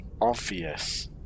obvious